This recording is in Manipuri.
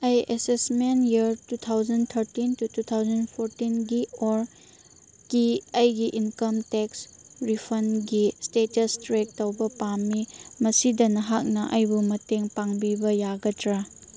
ꯑꯩ assessment year two thousand thirteen to two thousand ꯐꯣꯔꯇꯤꯟꯒꯤ ꯑꯣꯔ ꯀꯤ ꯑꯩꯒꯤ ꯏꯟꯀꯝ ꯇꯦꯛꯁ ꯔꯤꯐꯟꯒꯤ ꯏꯁꯇꯦꯇꯁ ꯇ꯭ꯔꯛ ꯇꯧꯕ ꯄꯥꯝꯃꯤ ꯃꯁꯤꯗ ꯅꯍꯥꯛꯅ ꯑꯩꯕꯨ ꯃꯇꯦꯡ ꯄꯥꯡꯕꯤꯕ ꯌꯥꯒꯗ꯭ꯔꯥ